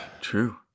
True